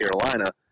Carolina